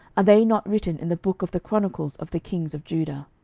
are they not written in the book of the chronicles of the kings of judah?